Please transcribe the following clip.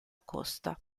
costa